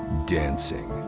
dancing.